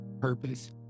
purpose